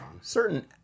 certain